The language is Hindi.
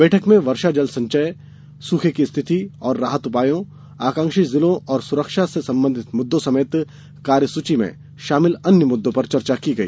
बैठक में वर्षा जल संचय सूखे की स्थिति और राहत उपायों आकांक्षी जिलों और सुरक्षा से संबंधित मुद्दों समेत कार्यसूची में शामिल कई अन्य मुद्दों पर चर्चा की गई